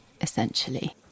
essentially